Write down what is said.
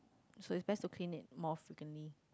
so it's best to clean it more frequently